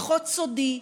פחות סודי,